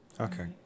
Okay